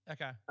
Okay